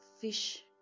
fish